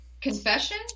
confession